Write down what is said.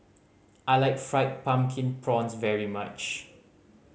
I like Fried Pumpkin Prawns very much